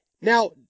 Now